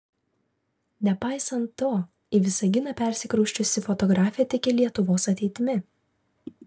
nepaisant to į visaginą persikrausčiusi fotografė tiki lietuvos ateitimi